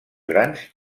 grans